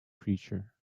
creature